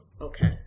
okay